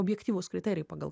objektyvūs kriterijai pagal